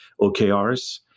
OKRs